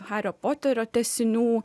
hario poterio tęsinių